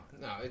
no